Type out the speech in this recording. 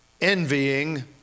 envying